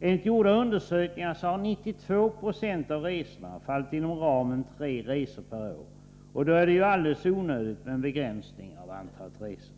Enligt gjorda undersökningar har 92 96 av resorna fallit inom ramen tre resor per år, och då är det ju alldeles onödigt med en begränsning av antalet resor.